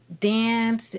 dance